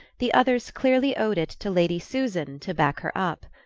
the others clearly owed it to lady susan to back her up.